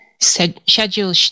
Schedule